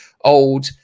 old